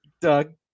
Doug